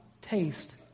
taste